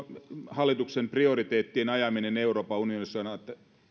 hallituksen prioriteettien ajaminen euroopan unionissa on on